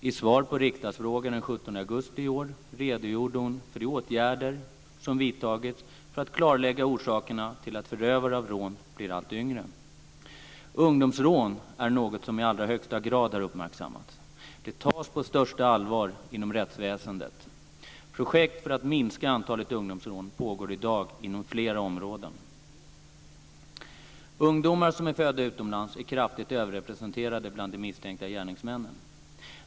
I svar på riksdagsfråga den 17 augusti i år redogjorde hon för de åtgärder som vidtagits för att klarlägga orsakerna till att förövare av rån blir allt yngre. Ungdomsrån är något som i allra högsta grad har uppmärksammats. De tas på största allvar inom rättsväsendet. Projekt för att minska antalet ungdomsrån pågår i dag inom flera områden. Ungdomar som är födda utomlands är kraftigt överrepresenterade bland de misstänkta gärningsmännen.